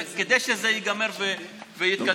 כדי שזה ייגמר ויתקדם.